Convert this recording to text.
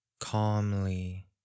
calmly